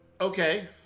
Okay